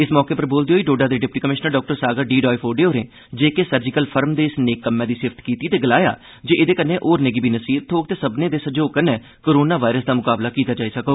इस मौके पर बोलदे होई डोडा दे deputy commissioner doctor Sagar D Doifode होरें जेके सर्जिकल फर्म दे इस नेक कम्मै दी सिफ्त कीती ते गलाया जे एहदे कन्नै होरने गी बी नसीहत थ्होग ते सब्मने दे सैहयोग कन्नै कोरोना वायरस दा मुकाबला कीता जाई सकोग